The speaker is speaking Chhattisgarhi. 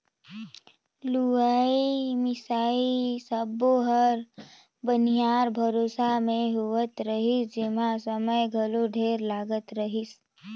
लुवई मिंसई सब्बो हर बनिहार भरोसा मे होवत रिहिस जेम्हा समय घलो ढेरे लागत रहीस